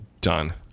done